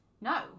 No